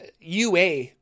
UA